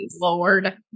Lord